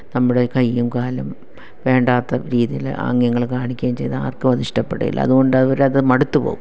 നമ്മുടെ കയ്യും കാലും വേണ്ടാത്ത രീതിയിൽ ആംഗ്യങ്ങൾ കാണിക്കുകയും ചെയ്താൽ ആർക്കും അത് ഇഷ്ടപ്പെടില്ല അതുകൊണ്ട് അവരത് മടുത്തു പോകും